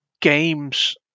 games